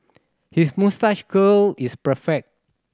his moustache curl is perfect